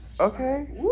okay